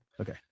Okay